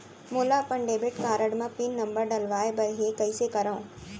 मोला अपन debit card म पिन नंबर डलवाय बर हे कइसे करव?